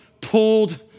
pulled